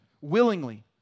willingly